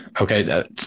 Okay